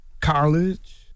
college